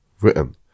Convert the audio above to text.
written